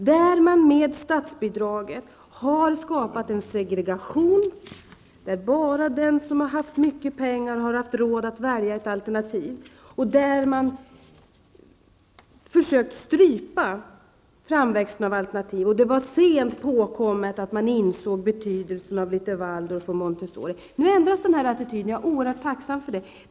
Med hjälp av statsbidraget har en segregation skapats där bara den som har mycket pengar har haft råd att välja ett alternativ, och man har försökt strypa framväxten av alternativ. Det var sent påkommet att inse betydelsen av Waldorf och Montessoripedagogiken. Nu ändras attityden, och jag är oerhört tacksam för det.